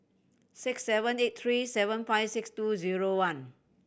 six seven eight three seven five six two zero one